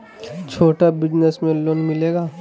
छोटा बिजनस में लोन मिलेगा?